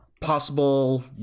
Possible